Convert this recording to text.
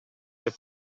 деп